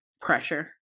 pressure